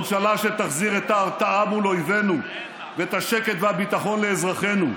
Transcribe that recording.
ממשלה שתחזיר את ההרתעה מול אויבינו ואת השקט והביטחון לאזרחינו,